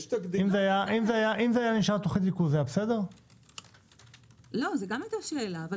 לא, זו גם היתה שאלה.